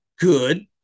good